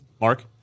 Mark